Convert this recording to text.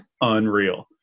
unreal